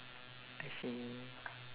I see